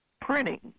printing